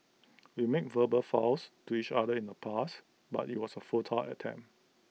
we made verbal vows to each other in the past but IT was A futile attempt